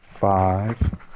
Five